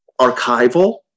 archival